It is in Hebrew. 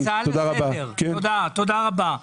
תודה רבה.